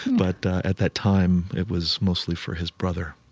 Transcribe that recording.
but at that time, it was mostly for his brother